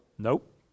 Nope